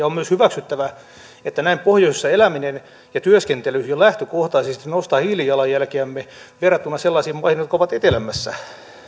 on myös hyväksyttävä että näin pohjoisessa eläminen ja työskentely jo lähtökohtaisesti nostaa hiilijalanjälkeämme verrattuna sellaisiin maihin jotka ovat etelämmässä